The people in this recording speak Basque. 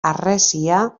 harresia